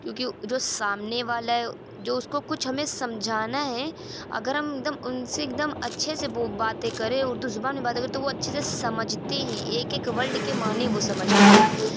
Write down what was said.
کیوںکہ جو سامنے والا ہے جو اس کو کچھ ہمیں سمجھانا ہے اگر ہم ایک دم ان سے ایک دم اچھے سے بو باتیں کریں اردو زبان میں بات کریں تو وہ اچھے سے سمجھتے ہیں ایک ایک ولڈ کے معنی وہ سمجھتے ہیں